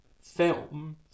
film